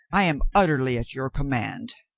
i am utterly at your command.